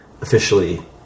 officially